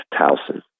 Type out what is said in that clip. Towson